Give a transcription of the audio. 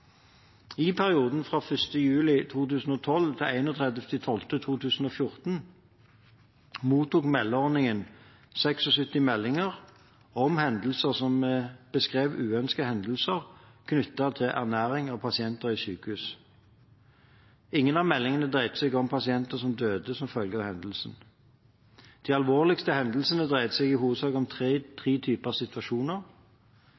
I perioden fra 1. juli 2012 til 31. desember 2014 mottok meldeordningen 76 meldinger om hendelser, som beskrev uønskede hendelser knyttet til ernæring av pasienter i sykehus. Ingen av meldingene dreide seg om pasienter som døde som følge av hendelsen. De alvorligste hendelsene dreide seg i hovedsak om tre typer situasjoner: